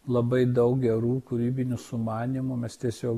labai daug gerų kūrybinių sumanymų mes tiesiog